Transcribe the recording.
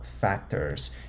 factors